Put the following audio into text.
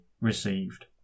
received